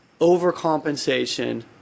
overcompensation